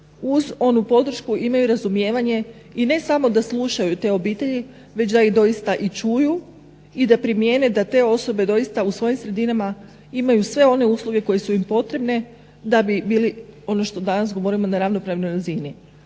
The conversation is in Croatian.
uz onu podršku imaju razumijevanje i ne samo da slušaju te obitelji već da ih dosita i čuju i da primijene da te osobe doista u svojim sredinama imaju sve one usluge koje su im potrebne da bi bili ono što danas govorimo na ravnopravnoj razini.